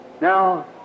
now